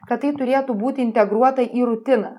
kad tai turėtų būti integruota į rutiną